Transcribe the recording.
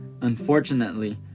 Unfortunately